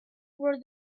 were